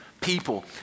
People